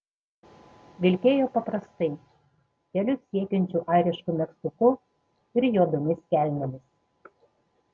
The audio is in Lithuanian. vilkėjo paprastai kelius siekiančiu airišku megztuku ir juodomis kelnėmis